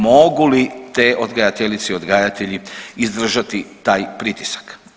Mogu li te odgajateljice i odgajatelji izdržati taj pritisak.